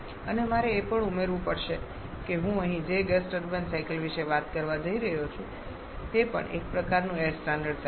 અને મારે એ પણ ઉમેરવું પડશે કે હું અહીં જે ગેસ ટર્બાઇન સાઇકલ વિશે વાત કરવા જઇ રહ્યો છું તે પણ એક પ્રકારનું એઈર સ્ટાન્ડર્ડ સાઇકલ છે